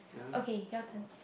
okay your turn